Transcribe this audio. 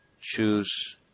Choose